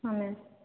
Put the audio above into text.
ହଁ ମ୍ୟାମ